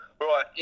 Right